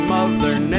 Mother